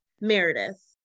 Meredith